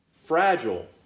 fragile